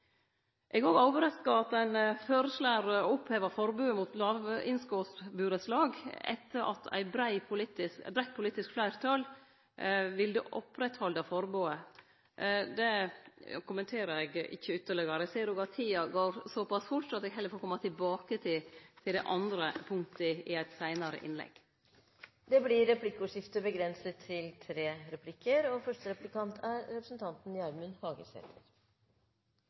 Eg er òg overraska over at ein foreslår å oppheve forbodet mot låginnskotsburettslag etter at eit breitt politisk fleirtal vil oppretthalde forbodet. Det kommenterer eg ikkje ytterlegare. Eg ser at tida går såpass fort, så eg får heller kome tilbake til det andre punktet i eit seinare innlegg. Det blir replikkordskifte.